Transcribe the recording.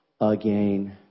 again